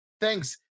Thanks